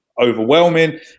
overwhelming